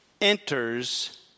enters